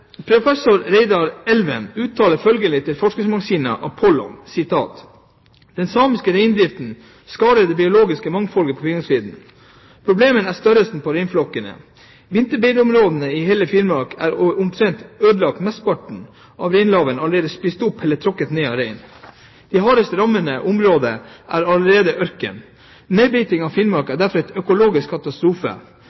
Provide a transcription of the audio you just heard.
Professor Reidar Elven uttaler følgende til forskningsmagasinet Apollon: «Den samiske reindriften skader det biologiske mangfoldet på Finnmarksvidda. Problemet er størrelsen på reinsdyrflokkene. Vinterbeiteområdene i hele indre Finnmark er omtrent ødelagt. Mesteparten av reinlaven er allerede spist opp eller tråkket ned av rein. De hardest rammete områdene er allerede ørken. Nedbeitingen av Finnmark